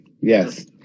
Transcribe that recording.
Yes